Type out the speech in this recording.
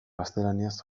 gaztelaniaz